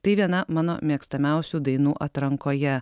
tai viena mano mėgstamiausių dainų atrankoje